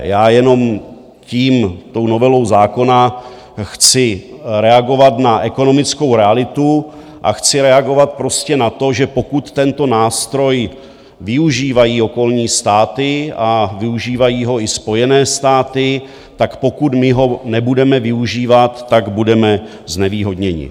Já jenom tím, tou novelou zákona, chci reagovat na ekonomickou realitu a chci reagovat prostě na to, že pokud tento nástroj využívají okolní státy a využívají ho i Spojené státy, tak pokud my ho nebudeme využívat, budeme znevýhodněni.